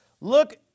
Look